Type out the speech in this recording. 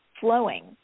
flowing